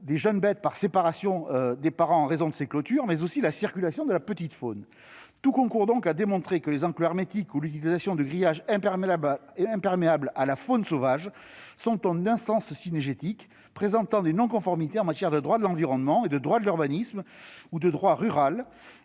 des jeunes bêtes par séparation des parents en raison de clôtures, « mais aussi la circulation de toute la petite faune ». En résumé, « tout concourt à démontrer que les enclos hermétiques ou l'utilisation de grillages imperméables à la faune sauvage sont un non-sens cynégétique, présentent des non-conformités en matière de droit de l'environnement, de droit de l'urbanisme ou de droit rural